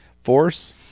force